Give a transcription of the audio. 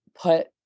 put